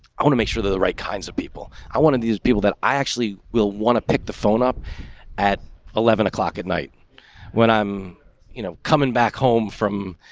i want to make sure that the right kinds of people i wanted these people, that i actually will want to pick the phone up at eleven o'clock at night when i'm you know coming back home from